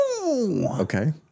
Okay